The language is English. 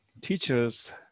teachers